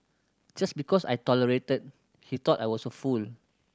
just because I tolerated he thought I was a fool